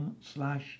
slash